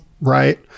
right